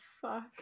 fuck